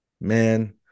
man